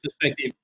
perspective